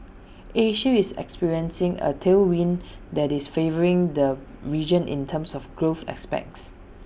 Asia is experiencing A tailwind that is favouring the region in terms of growth aspects